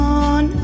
on